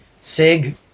SIG